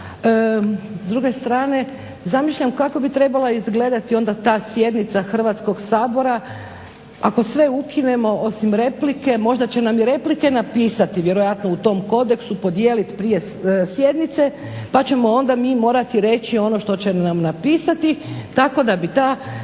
S druge strane zamišljam kako bi trebala izgledati onda ta sjednica Hrvatskog sabora ako sve ukinemo osim replike možda će nam i replike napisati vjerojatno u tom kodeksu, podijeliti prije sjednice pa ćemo onda mi morati reći ono što će nam napisati tako da bi ta sjednica